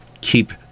keep